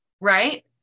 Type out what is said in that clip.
Right